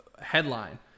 headline